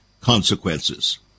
Consequences